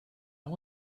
and